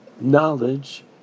knowledge